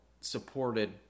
supported